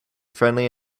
friendly